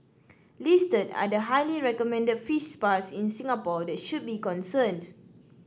listed are the highly recommended fish spas in Singapore that should be concerned